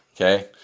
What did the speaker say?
okay